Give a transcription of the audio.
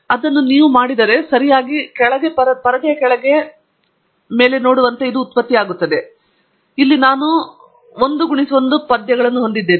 ಹಾಗಾಗಿ ನಾನು ಇದನ್ನು ಮಾಡಿದರೆ ನೀವು ಸರಿಯಾದ ಕೆಳಗೆ ಪರದೆಯ ಮೇಲೆ ನೋಡುವಂತೆ ಇದು ಉತ್ಪತ್ತಿಯಾಗುತ್ತದೆ ಇಲ್ಲಿ ನಾನು 1 x 1 ಪದ್ಯಗಳನ್ನು ಹೊಂದಿದ್ದೇನೆ